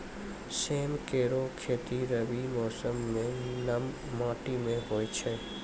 सेम केरो खेती रबी मौसम म नम माटी में होय छै